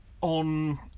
on